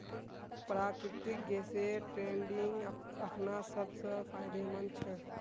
प्राकृतिक गैसेर ट्रेडिंग अखना सब स फायदेमंद छ